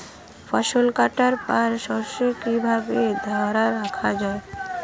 ফসল কাটার পর শস্য কিভাবে ধরে রাখা য়ায়?